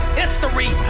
history